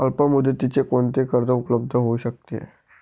अल्पमुदतीचे कोणते कर्ज उपलब्ध होऊ शकते?